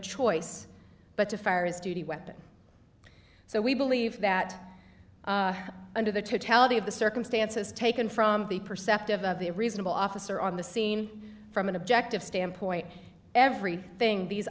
choice but to fire his duty weapon so we believe that under the totality of the circumstances taken from the perceptive of the reasonable officer on the scene from an objective standpoint everything these